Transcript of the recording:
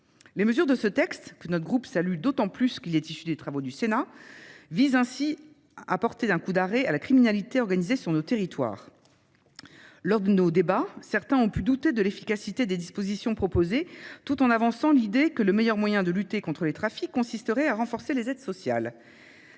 Les mesures de ce texte, que notre groupe salue d'autant plus qu'il est issu des travaux du Sénat, visent ainsi à porter un coup d'arrêt à la criminalité organisée sur nos territoires. Lors de nos débats, certains ont pu douter de l'efficacité des dispositions proposées, tout en avançant l'idée que le meilleur moyen de lutter contre les trafics consisterait à renforcer les aides sociales.